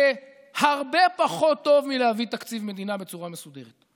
זה הרבה פחות טוב מלהביא תקציב מדינה בצורה מסודרת.